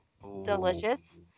Delicious